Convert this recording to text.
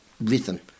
rhythm